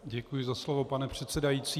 Děkuji za slovo, pane předsedající.